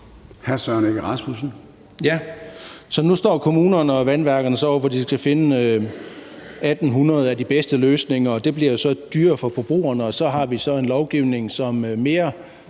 Så nu står kommunerne og vandværkerne over for at skulle finde 1.800 af de bedste løsninger, og det bliver jo så dyrere for forbrugerne. Så har vi en lovgivning, som mere